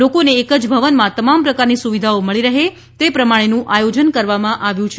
લોકોને એક જ ભવનમાં તમામ પ્રકારમી સુવિધો મળી રહે તે પ્રમાણેનું આયોજન કરવામાં આવેલ છે